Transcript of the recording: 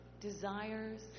desires